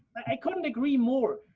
i couldn't agree more.